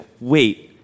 wait